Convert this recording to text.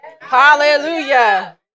Hallelujah